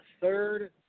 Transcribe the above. third